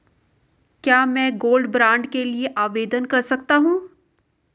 क्या मैं gold bond के लिए आवेदन कर सकता हूं?